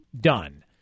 done